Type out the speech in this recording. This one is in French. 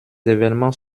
évènements